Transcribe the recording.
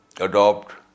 adopt